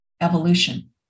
evolution